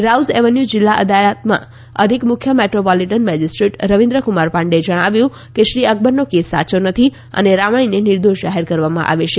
Rouse avenue જિલ્લા અદાલતમાં અધિક મુખ્ય મેટ્રોપોલિટન મેજિસ્ટ્રેટ રવિન્દ્રકુમાર પાંડેએ જણાવ્યું કે શ્રી અકબરનો કેસ સાયો નથી અને રામાણીને નિર્દોષ જાહેર કરવામાં આવે છે